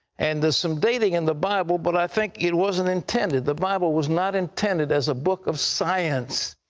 and there's some dating in the bible, but i think it wasn't intended. the bible was not intended as a book of science.